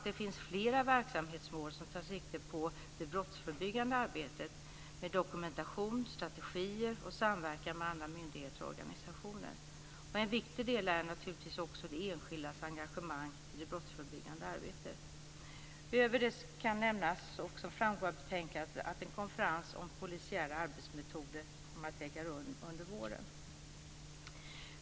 Det finns fler verksamhetsmål som tar sikte på det brottsförebyggande arbetet med dokumentation, strategier och samverkan med andra myndigheter och organisationer. En viktig del är naturligtvis också de enskildas engagemang i det brottsförebyggande arbetet. I övrigt kan nämnas, vilket också framgår av betänkandet, att en konferens om polisiära arbetsmetoder kommer att äga rum under våren.